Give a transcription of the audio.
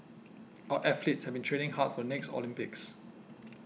our athletes have been training hard for the next Olympics